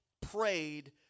prayed